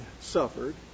suffered